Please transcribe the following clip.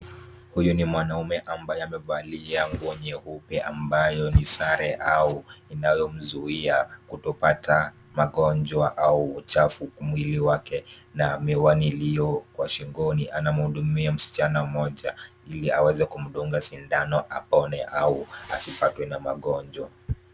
Huyu ni mwanaume ambaye amevalia nguo nyeupe ambayo ni sare au inayomzuia kutopata magonjwa au uchafu mwili wake na miwani iliyo kwa shingoni. Anamhudumia msichana mmoja ili aweze kumdunga sindano apone au asipatwe na magonjwa.